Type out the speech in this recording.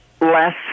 less